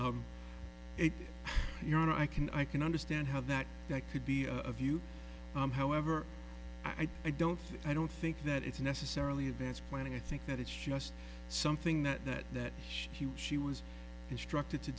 honor i can i can understand how that could be of you however i don't i don't think that it's necessarily advance planning i think that it's just something that that that huge she was instructed to